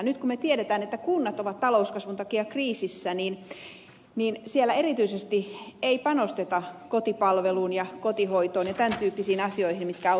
nyt kun me tiedämme että kunnat ovat talouskasvun takia kriisissä niin siellä erityisesti ei panosteta kotipalveluun ja kotihoitoon ja tämän tyyppisiin asioihin mitkä auttaisivat yksihuoltajaperheitä